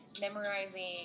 memorizing